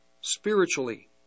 spiritually